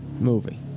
movie